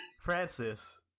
Francis